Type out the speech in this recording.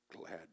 glad